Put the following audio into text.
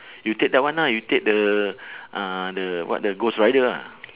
you take that one ah you take the uh the what the ghost rider ah